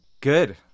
Good